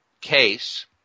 case